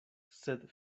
sed